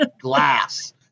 glass